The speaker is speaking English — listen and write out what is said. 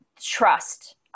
trust